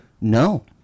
No